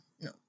No